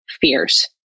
fears